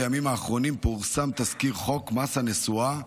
בימים האחרונים פורסם תזכיר חוק מס הנסועה,